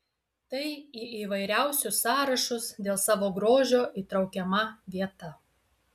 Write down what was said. tai į įvairiausius sąrašus dėl savo grožio įtraukiama vieta